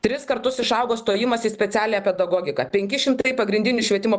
tris kartus išaugo stojimas į specialią pedagogiką penki šimtai pagrindinių švietimo